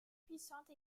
puissante